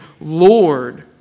Lord